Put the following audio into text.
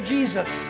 Jesus